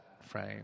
frame